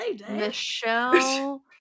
Michelle